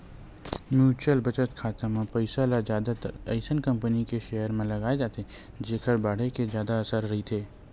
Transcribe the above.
mutual बचत खाता म पइसा ल जादातर अइसन कंपनी के सेयर म लगाए जाथे जेखर बाड़हे के जादा असार रहिथे